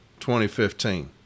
2015